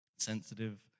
sensitive